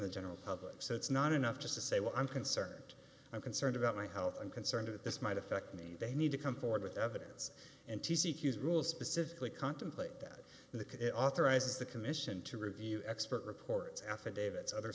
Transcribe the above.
the general public so it's not enough just to say well i'm concerned i'm concerned about my health and concerned that this might affect me they need to come forward with evidence and to see his rule specifically contemplate that the kit authorizes the commission to review expert reports affidavits other